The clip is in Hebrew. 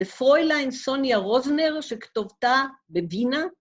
‫לפרוילין סוניה רוזנר, ‫שכתובתה בווינה.